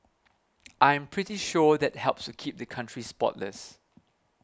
I'm pretty sure that helps to keep the country spotless